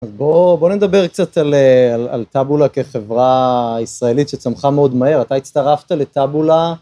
אז בואו נדבר קצת על טאבולה כחברה ישראלית שצמחה מאוד מהר, אתה הצטרפת לטאבולה.